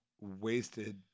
wasted